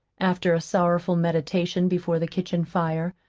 after a sorrowful meditation before the kitchen fire.